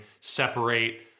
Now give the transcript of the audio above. separate